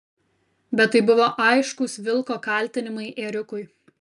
bet tai buvo aiškūs vilko kaltinimai ėriukui